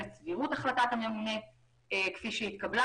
את סבירות החלטת הממונה כפיש התקבלה.